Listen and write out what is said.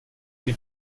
den